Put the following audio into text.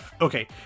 Okay